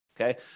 Okay